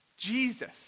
Jesus